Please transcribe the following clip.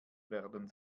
werden